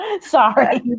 Sorry